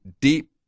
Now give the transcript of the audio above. deep